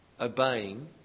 obeying